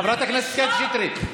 חברת הכנסת קטי שטרית,